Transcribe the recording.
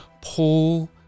Paul